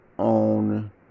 on